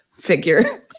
figure